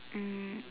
um